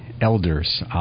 elders